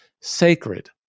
sacred